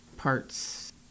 Parts